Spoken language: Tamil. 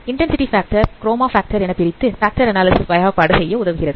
இன்டன்சிடி பேக்டர் க்ரோமா பேக்டர் என பிரித்து பேக்டர் அனாலிசிஸ் வகைப்பாடு செய்ய உதவுகிறது